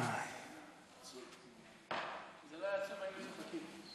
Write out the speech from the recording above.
אם זה לא היה עצוב, היינו צוחקים.